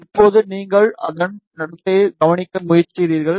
இப்போது நீங்கள் அதன் நடத்தையை கவனிக்க முயற்சிக்கிறீர்கள்